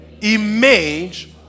image